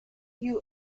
you